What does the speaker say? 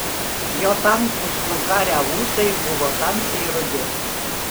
jo tankūs nukarę ūsai buvo tamsiai rudi